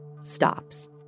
stops